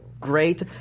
great